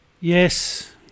Yes